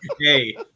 Hey